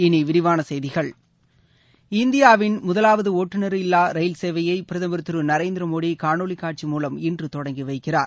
இனி விரிவான செய்திகள் இந்தியாவின் முதலாவது ஒட்டுநர் இல்லாத ரயில் சேவையை பிரதமர் திரு நரேந்திர மோடி காணொலி காட்சி மூலம் இன்று தொடங்கி வைக்கிறார்